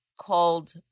called